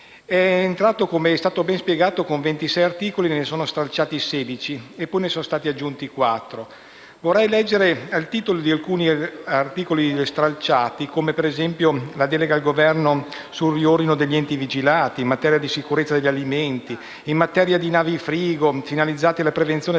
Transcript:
È iniziato, come è stato ben spiegato, con 26 articoli, ne sono stati stralciati 16 e ne sono stati aggiunti 4. Vorrei leggere il titolo di alcuni articoli stralciati come, per esempio, la delega al Governo sul riordino degli enti vigilati, in materia di sicurezza degli alimenti, in materia di navi frigo finalizzate alla prevenzione del